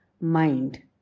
mind